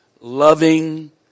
loving